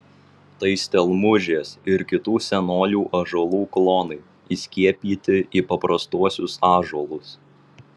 tai stelmužės ir kitų senolių ąžuolų klonai įskiepyti į paprastuosius ąžuolus